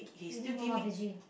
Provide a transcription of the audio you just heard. you mean more more veggie